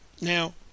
Now